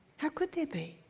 how could there be?